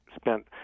spent